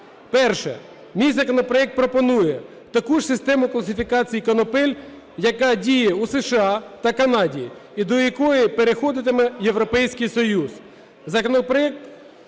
Перше. Мій законопроект пропонує таку ж систему класифікації конопель, яка діє у США та Канаді і до якої переходитиме Європейський Союз.